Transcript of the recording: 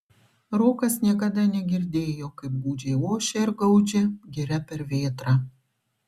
rokas niekada negirdėjo kaip gūdžiai ošia ir gaudžia giria per vėtrą